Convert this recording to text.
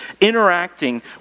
interacting